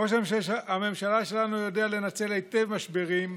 ראש הממשלה שלנו יודע לנצל היטב משברים,